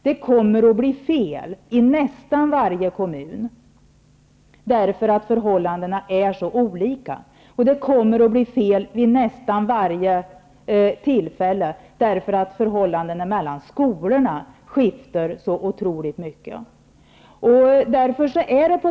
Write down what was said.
Det kommer att bli fel i nästan varje kommun, eftersom förhållandena är så olika. Det kommer att bli fel vid nästan varje tillfälle, eftersom förhållandena mellan skolorna skiljer så otroligt mycket.